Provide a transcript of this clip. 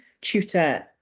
tutor